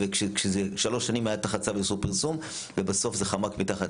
זה שלוש שנים היה תחת צו איסור פרסום ובסוף זה חמק מתחת